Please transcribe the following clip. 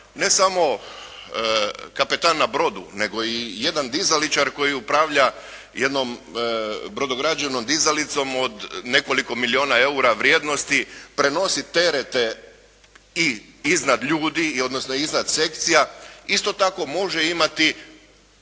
ne samo kapetan na brodu nego i jedan dizaličar koji upravljanja jednom brodograđevnom dizalicom od nekoliko milijuna eura vrijednosti prenosi terete i iznad ljudi odnosno iznad sekcija isto tako može imati